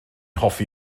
hoffi